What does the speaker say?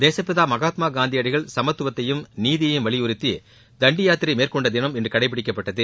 தேசப்பிதா மகாத்மா காந்தியடிகள் சமத்துவத்தையும் நீதியையும் வலியறுத்தி தண்டி யாத்திரை மேற்கொண்ட தினம் இன்று கடைபிடிக்கப்பட்டது